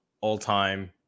all-time